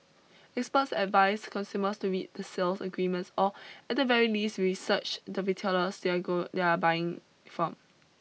experts advise consumers to read the sales agreements or at the very least research the retailers they are go they are buying from